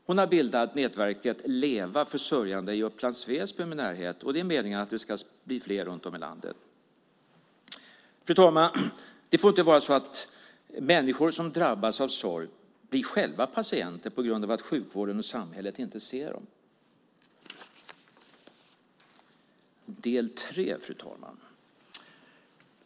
Hon har bildat nätverket LEVA för sörjande i Upplands Väsby med närhet, och det är meningen att det ska bli fler runt om i landet. Det får inte vara så att människor som drabbas av sorg själva blir patienter på grund av att sjukvården och samhället inte ser dem. Fru talman!